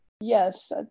Yes